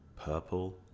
purple